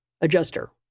adjuster